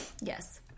Yes